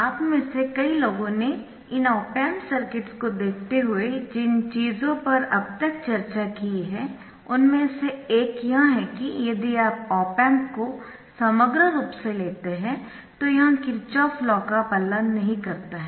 आप में से कई लोगों ने इन ऑप एम्प सर्किट्स को देखते हुए जिन चीजों पर अब तक चर्चा की है उनमें से एक यह है कि यदि आप ऑप एम्प को समग्र रूप से लेते है तो यह किरचॉफ लॉ का पालन नहीं करता है